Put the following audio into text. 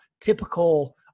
typical